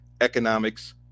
economics